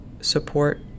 support